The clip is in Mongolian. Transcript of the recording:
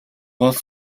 гол